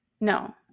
no